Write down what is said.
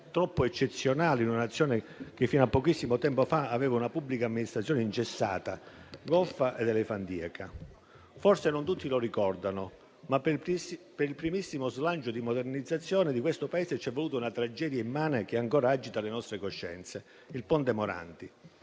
troppo eccezionali, in una Nazione che, fino a pochissimo tempo fa, aveva una pubblica amministrazione ingessata, goffa ed elefantiaca. Forse non tutti lo ricordano, ma per il primissimo slancio di modernizzazione di questo Paese c'è voluta una tragedia immane, che ancora agita le nostre coscienze, quella del ponte Morandi.